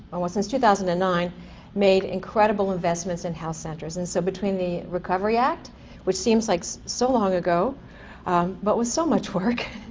almost since two thousand and nine made incredible investments in health centers. and so between the recovery act which seems like so long ago but was so much work